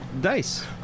Dice